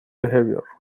behavior